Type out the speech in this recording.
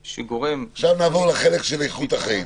עכשיו נעבור לחלק של איכות החיים.